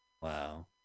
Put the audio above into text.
Wow